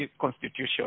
constitution